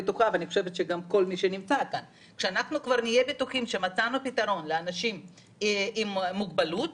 ואנחנו כבר היינו בטוחים שמצאנו פתרון לאנשים עם מוגבלות,